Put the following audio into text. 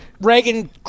Reagan